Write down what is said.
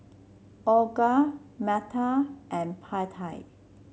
Olga Metta and Pattie